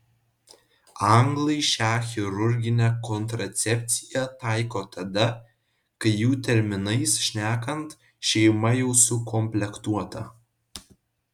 anglai šią chirurginę kontracepciją taiko tada kai jų terminais šnekant šeima jau sukomplektuota